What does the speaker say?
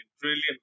brilliant